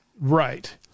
Right